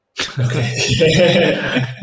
Okay